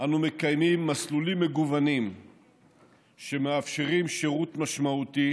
אנו מקיימים מסלולים מגוונים שמאפשרים שירות משמעותי